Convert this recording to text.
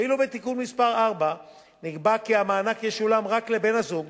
ואילו בתיקון מס' 4 נקבע כי המענק ישולם רק לבן-הזוג,